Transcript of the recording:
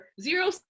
zero